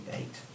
eight